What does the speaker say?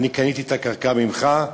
קניתי את הקרקע ממך.